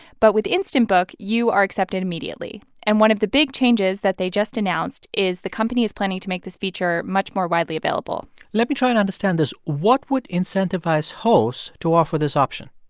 but with instant book, you are accepted immediately. and one of the big changes that they just announced is the company is planning to make this feature much more widely available let me try and understand this. what would incentivize hosts to offer this option?